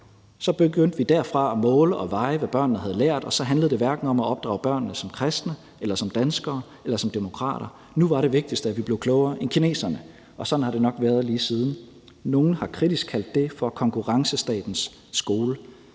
Så begyndte vi derfra at måle og veje, hvad børnene havde lært, og så handlede det hverken om at opdrage børnene som kristne, som danskere eller som demokrater. Nu var det vigtigste, at vi blev klogere end kineserne, og sådan har det nok været lige siden. Nogle har kritisk kaldt det for konkurrencestatens skole.